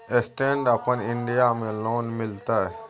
Stand up India में loan मिलते?